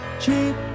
Cheap